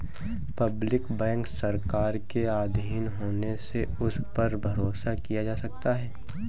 public bank सरकार के आधीन होने से उस पर भरोसा किया जा सकता है